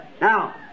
Now